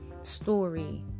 story